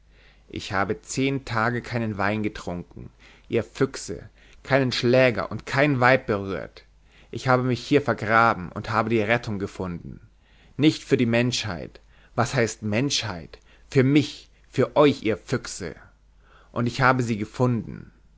ich habe zehn tage keinen wein getrunken ihr füchse keinen schläger und kein weib berührt ich habe mich hier vergraben und habe die rettung gefunden nicht für die menschheit was heißt menschheit für mich für euch ihr füchse und ich habe gefunden